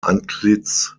antlitz